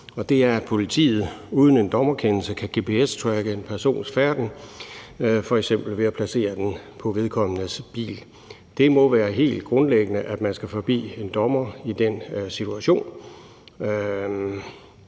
det er, at politiet uden en dommerkendelse kan gps-tracke en persons færden, f.eks. ved at placere den på vedkommendes bil. Det må være helt grundlæggende, at man skal forbi en dommer i den situation.